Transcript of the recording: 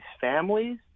families